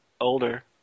older